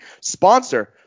sponsor